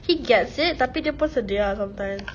he gets it tapi dia pun sedih ah sometimes